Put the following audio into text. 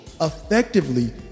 effectively